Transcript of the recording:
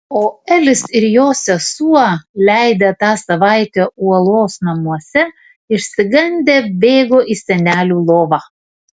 o elis ir jo sesuo leidę tą savaitę uolos namuose išsigandę bėgo į senelių lovą